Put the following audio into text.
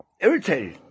irritated